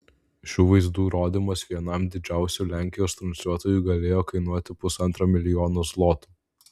šių vaizdų rodymas vienam didžiausių lenkijos transliuotojų galėjo kainuoti pusantro milijonų zlotų